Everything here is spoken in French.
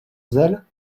zèle